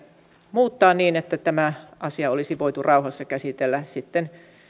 muuttaa niin että tämä asia olisi voitu rauhassa käsitellä sitten